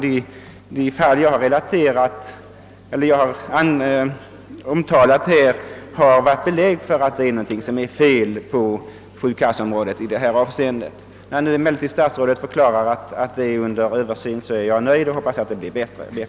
De fall jag här talat om ger belägg för att något är fel i det avseendet på försäkringskasseområdet. Men sedan statsrådet nu förklarat att blanketterna skall ses över är jag nöjd och hoppas att förhållandena blir bättre.